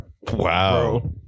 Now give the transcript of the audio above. Wow